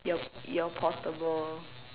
your your portable